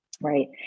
right